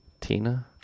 Tina